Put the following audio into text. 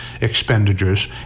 expenditures